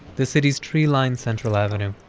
the city's tree-lined central avenue.